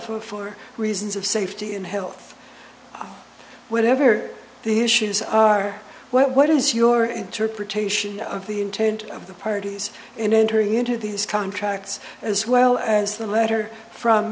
from for reasons of safety and health whatever the issues are what is your interpretation of the intent of the parties in entering into these contracts as well as the letter from